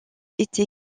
été